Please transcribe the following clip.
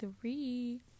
three